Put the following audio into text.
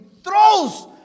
throws